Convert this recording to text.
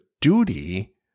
duty